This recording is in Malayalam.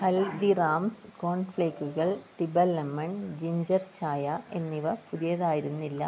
ഹൽദിറാംസ് കോൺഫ്ലേക്കുകൾ ഡിബ ലെമൺ ജിൻജർ ചായ എന്നിവ പുതിയതായിരുന്നില്ല